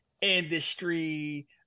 industry